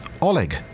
Oleg